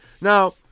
Now